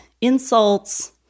insults